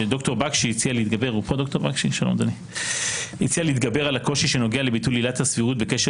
שד"ר בקשי הציע להתגבר על הקושי שנוגע לביטול עילת הסבירות בקשר